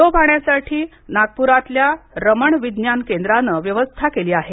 तो पाहण्यासाठी नागप्रातल्या रमण विज्ञान केंद्रानं व्यवस्था केली आहे